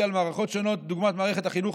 על מערכות שונות דוגמת מערכת החינוך,